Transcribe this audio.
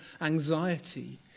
anxiety